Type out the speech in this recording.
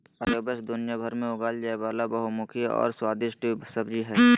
squash दुनियाभर में उगाल जाय वला बहुमुखी और स्वादिस्ट सब्जी हइ